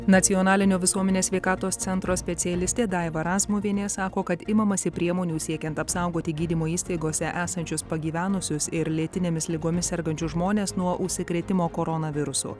nacionalinio visuomenės sveikatos centro specialistė daiva razmuvienė sako kad imamasi priemonių siekiant apsaugoti gydymo įstaigose esančius pagyvenusius ir lėtinėmis ligomis sergančius žmones nuo užsikrėtimo koronavirusu